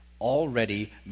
already